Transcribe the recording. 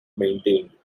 maintained